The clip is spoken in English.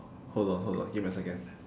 hold on hold on give me a second